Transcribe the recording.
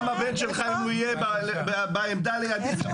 גם הבן שלך, אם הוא יהיה בעמדה לידי, יקבל קובה.